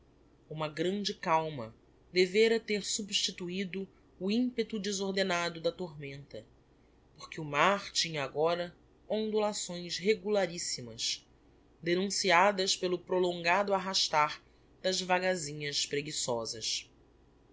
uma grande calma devera ter substituido o impeto desordenado da tormenta porque o mar tinha agora ondulações regularissimas denunciadas pelo prolongado arrastar das vagasinhas preguiçosas